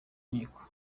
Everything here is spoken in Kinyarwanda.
nkiko